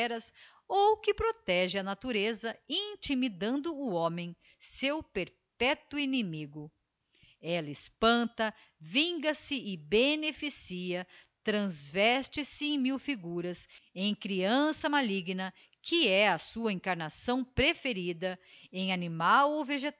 feras ou que protege a natureza intimidando o homem seu perpetuo inimigo ella espanta vinga se e beneficia transveste se em mil figuras em creança maligna que é a sua encarnação preferida em animal